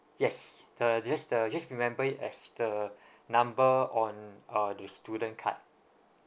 yes the just the just remember it as the number on uh the student card